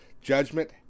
Judgment